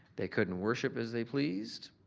they couldn't worship as they pleased.